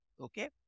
Okay